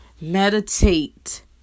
Meditate